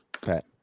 Pat